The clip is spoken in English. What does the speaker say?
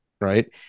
right